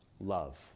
love